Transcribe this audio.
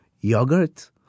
yogurt